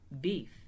beef